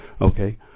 Okay